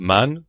Man